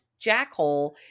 jackhole